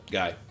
guy